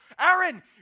Aaron